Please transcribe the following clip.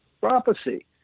prophecy